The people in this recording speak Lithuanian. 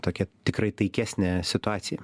tokią tikrai taikesnę situaciją